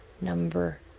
Number